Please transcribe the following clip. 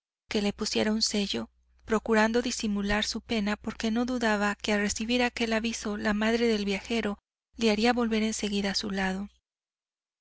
que le pusiera un sello procurando disimular su pena porque no dudaba que al recibir aquel aviso la madre del viajero le haría volver enseguida a su lado